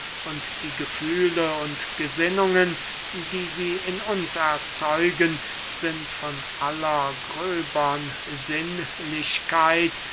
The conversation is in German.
die gefühle und gesinnungen die sie in uns erzeugen sind von aller gröbern sinnlichkeit